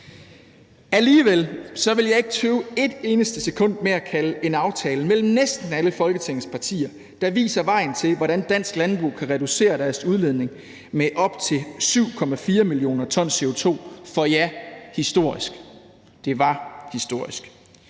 Alligevel vil jeg ikke tøve et eneste sekund med at kalde en aftale mellem næsten alle Folketingets partier, der viser vejen til, hvordan dansk landbrug kan reducere sin udledning med op til 7,4 mio. t CO2, for, ja, historisk. Det var historisk.